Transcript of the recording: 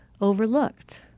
overlooked